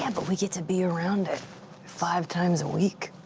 ah but we get to be around it five times a week.